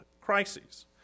crises